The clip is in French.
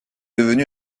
devenu